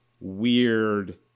weird